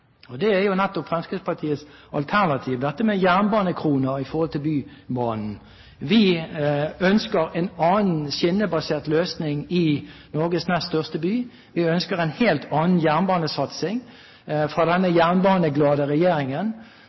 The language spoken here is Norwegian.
Det er jo nettopp Fremskrittspartiets alternativ – jernbanekroner til Bybanen. Vi ønsker en annen skinnebasert løsning i Norges nest største by. Vi ønsker en helt annen jernbanesatsing fra denne jernbaneglade regjeringen